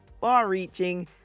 far-reaching